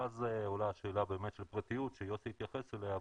ואז עולה השאלה באמת של פרטיות שיוסי התייחס אליה,